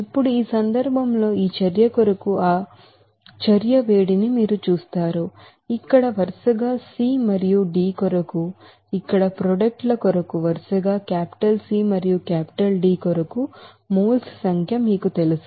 ఇప్పుడు ఈ సందర్భంలో ఈ చర్య కొరకు ఆ చర్య వేడిని మీరు చూస్తారు ఇక్కడ వరసగా c మరియు d కొరకు ఇక్కడ ప్రొడక్ట్ ల కొరకు వరసగా C మరియు D కొరకు మోల్స్ సంఖ్య మీకు తెలుసు